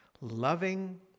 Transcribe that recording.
loving